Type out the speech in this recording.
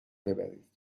ببرید